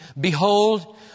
Behold